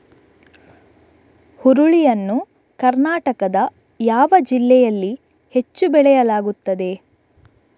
ಹುರುಳಿ ಯನ್ನು ಕರ್ನಾಟಕದ ಯಾವ ಜಿಲ್ಲೆಯಲ್ಲಿ ಹೆಚ್ಚು ಬೆಳೆಯಲಾಗುತ್ತದೆ?